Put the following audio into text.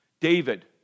David